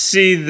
See